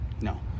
No